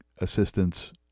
assistance